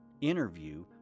Interview